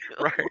right